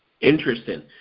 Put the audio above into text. interesting